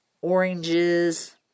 oranges